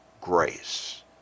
grace